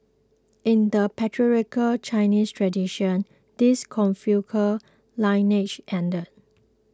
in the patriarchal Chinese tradition this Confucian lineage ended